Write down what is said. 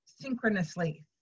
synchronously